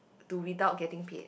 to without getting paid